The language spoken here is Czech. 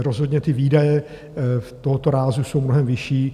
Rozhodně výdaje tohoto rázu jsou mnohem vyšší.